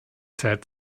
zeit